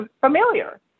familiar